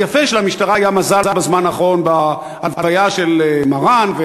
אז יפה שלמשטרה היה מזל בזמן האחרון בהלוויה של מרן,